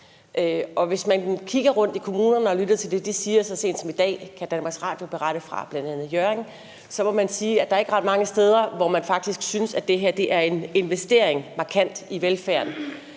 og hvis man kigger rundt i kommunerne og lytter til, de har sagt så sent som i dag, hvilket DR kan berette om fra bl.a. Hjørring Kommune, så må man sige, at der ikke er ret mange steder, hvor man faktisk synes, at det her er en markant investering i velfærden.